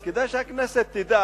אז כדאי שכל הכנסת תדע,